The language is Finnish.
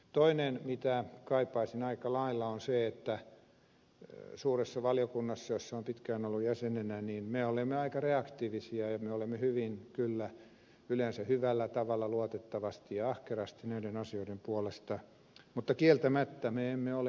toinen asia mitä kaipaisin aika lailla on se että suuressa valiokunnassa jossa olen pitkään ollut jäsenenä me olemme aika reaktiivisia ja me olemme kyllä yleensä hyvällä tavalla luotettavasti ja ahkerasti näiden asioiden puolesta mutta kieltämättä me emme ole proaktiivisia